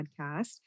podcast